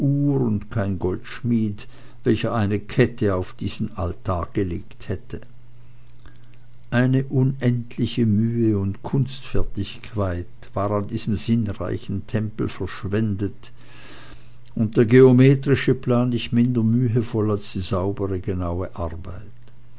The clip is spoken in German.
und kein goldschmied welcher eine kette auf diesen altar gelegt hätte eine unendliche mühe und kunstfertigkeit war an diesem sinnreichen tempel verschwendet und der geometrische plan nicht minder mühevoll als die saubere genaue arbeit